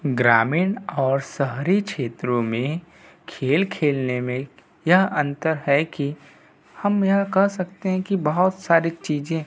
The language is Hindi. ग्रामीण और शहरी क्षेत्रों में खेल खेलने में यह अंतर है कि हम यह कह सकते हैं कि बहुत सारी चीज़ें